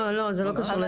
לא זה לא קשור להסכמים.